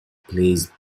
plays